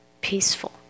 peaceful